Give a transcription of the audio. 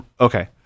Okay